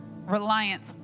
Reliance